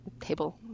table